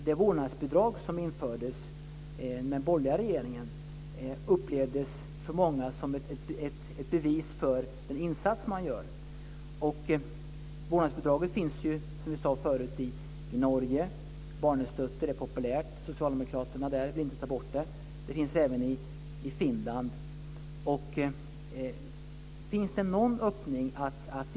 Det vårdnadsbidrag som infördes av den borgerliga regeringen upplevdes av många som ett bevis på uppskattning för den insats de gör. Vårdnadsbidraget finns, som jag sade förut, i Norge - barnestötte. Det är populärt. Socialdemokraterna där vill inte ta bort det. Det finns även i Finland. Finns det någon öppning?